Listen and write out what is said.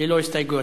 ללא הסתייגויות.